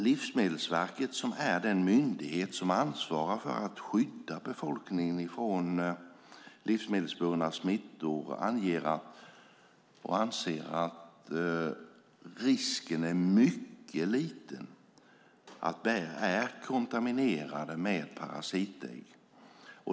Livsmedelsverket, som är den myndighet som ansvarar för att skydda befolkningen från livsmedelsburna smittor, anser att risken är mycket liten att bär är kontaminerade med parasitägg.